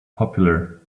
popular